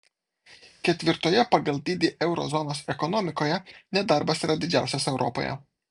ketvirtoje pagal dydį euro zonos ekonomikoje nedarbas yra didžiausias europoje